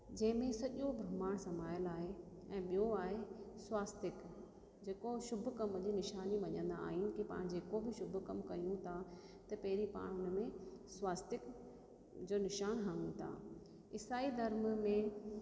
जंहिंमें सॼो ब्रह्माण्ड समायल आहे ऐं ॿियो आहे स्वास्तिक जेको शुभ कम जी निशानी मञंदा आहियूं की पाण जेको बि शुभ कमु कयूं था त पहिरीं पाण उन में स्वास्तिक जो निशान हणूं ता इसाई धर्म में